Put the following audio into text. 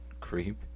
creep